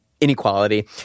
Inequality